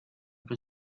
que